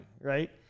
Right